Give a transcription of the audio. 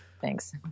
Thanks